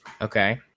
Okay